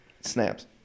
snaps